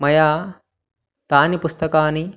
मया तानि पुस्तकानि